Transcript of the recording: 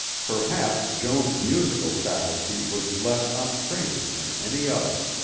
perhaps joan's musical faculty was less untrained than any other.